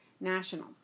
national